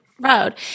road